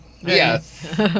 yes